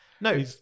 No